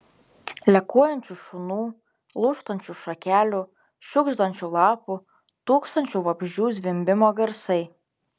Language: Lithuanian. lekuojančių šunų lūžtančių šakelių šiugždančių lapų tūkstančių vabzdžių zvimbimo garsai